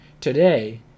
today